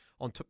on